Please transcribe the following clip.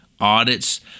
audits